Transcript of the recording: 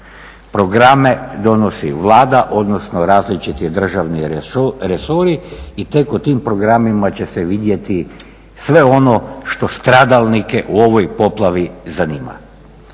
programe donosi Vlada odnosno različiti državni resori i tek o tim programima će se vidjeti sve ono što stradalnike u ovoj poplavi zanima.